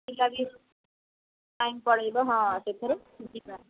ପିଲା ବି ଟାଇମ୍ ପଳେଇବ ହଁ ସେଥିରେ ଯିବା